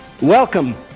Welcome